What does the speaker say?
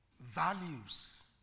values